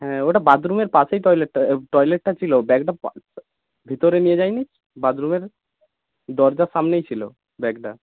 হ্যাঁ ওটা বাথরুমের পাশেই টয়লেটটা টয়লেটটা ছিল ব্যাগটা ভিতরে নিয়ে যাইনি বাথরুমের দরজার সামনেই ছিল ব্যাগটা